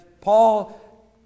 Paul